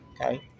okay